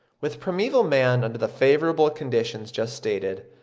with primeval man under the favourable conditions just stated,